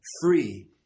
free